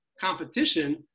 competition